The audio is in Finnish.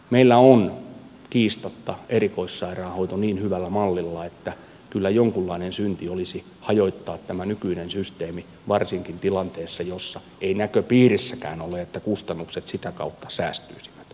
meillä on kiistatta erikoissairaanhoito niin hyvällä mallilla että kyllä jonkunlainen synti olisi hajottaa tämä nykyinen systeemi varsinkin tilanteessa jossa ei näköpiirissäkään ole että kustannukset sitä kautta säästyisivät